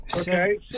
okay